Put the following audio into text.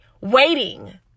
waiting